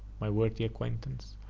my worthy acquaintance,